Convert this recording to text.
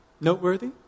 noteworthy